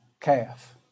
calf